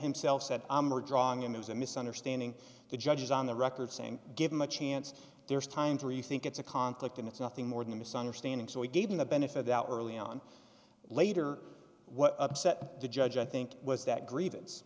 himself said i'm or drawing him is a misunderstanding the judges on the record saying give him a chance there's time to rethink it's a conflict and it's nothing more than a misunderstanding so we gave him the benefit out early on later what upset the judge i think was that grievance